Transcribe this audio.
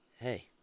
Hey